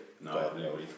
No